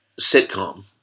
sitcom